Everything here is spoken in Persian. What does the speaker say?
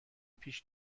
پیش